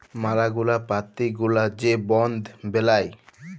ম্যালা গুলা পার্টি গুলা যে বন্ড বেলায়